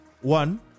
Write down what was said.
one